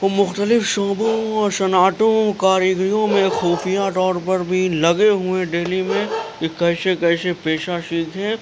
تو مختلف شعبوں اور صنعتوں کاریگریوں میں خفیہ طور پر بھی لگے ہوئے ہیں دہلی میں کہ کیسے کیسے پیشہ سیکھیں